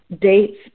dates